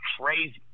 crazy